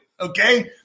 okay